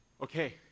Okay